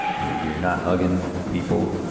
you're not hugging people,